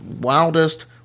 wildest